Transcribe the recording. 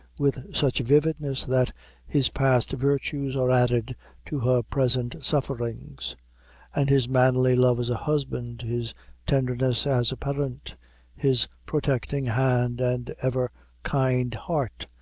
with such vividness that his past virtues are added to her present sufferings and his manly love as a husband his tenderness as a parent his protecting hand and ever kind heart,